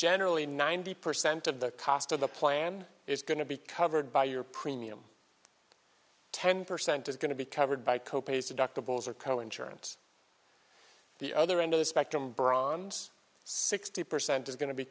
generally ninety percent of the cost of the plan is going to be covered by your premium ten percent is going to be covered by copays deductibles or co insurance the other end of the spectrum bronze sixty percent is going to be